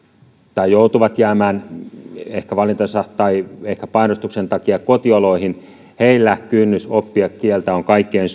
tai joutuvat jäämään ehkä valintansa tai ehkä painostuksen takia kotioloihin heillä kynnys oppia kieltä on kaikkein